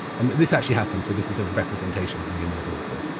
and this actually happened, so this is a representation of me and my daughter.